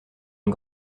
une